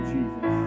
Jesus